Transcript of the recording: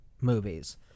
movies